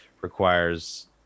requires